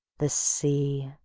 the sea.